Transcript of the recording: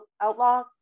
outlaw